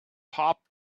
hopped